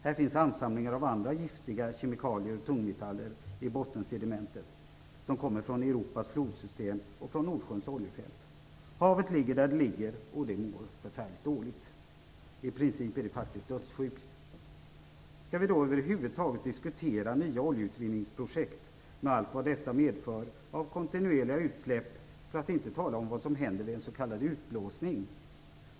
Här finns ansamlingar av andra giftiga kemikalier och tungmetaller i bottensedimentet, som kommer från Europas flodsystem och från Nordsjöns oljefält. Havet ligger där det ligger, och det mår förfärligt dåligt, i princip är det faktiskt dödssjukt. Skall vi då över huvud taget diskutera nya oljeutvinningsprojekt med allt vad dessa medför av kontinuerliga utsläpp - för att inte tala om vad som händer vid en s.k. utblåsning.